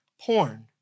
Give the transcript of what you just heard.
porn